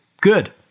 good